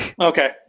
Okay